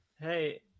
Hey